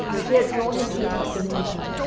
she had drawn her feet up beneath her,